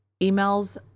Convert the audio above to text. emails